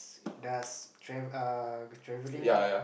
does travel uh travelling